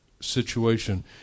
situation